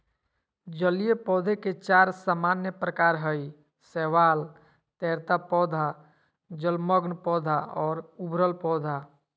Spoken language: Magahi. जलीय पौधे के चार सामान्य प्रकार हइ शैवाल, तैरता पौधा, जलमग्न पौधा और उभरल पौधा